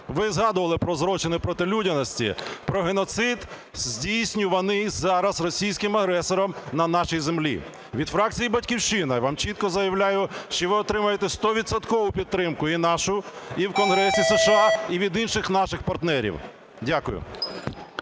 Ви згадували про злочини проти людяності, про геноцид, здійснюваний зараз російським агресором на нашій землі. Від фракції "Батьківщина" вам чітко заявляю, що ви отримаєте стовідсоткову підтримку і нашу, і в Конгресі США, і від інших наших партнерів. Дякую.